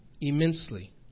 immensely